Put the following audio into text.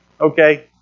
Okay